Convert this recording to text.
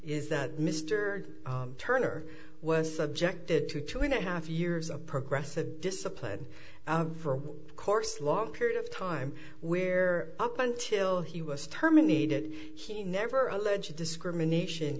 is that mr turner was subjected to two and a half years of progressive discipline for a course long period of time where up until he was terminated he never alleged discrimination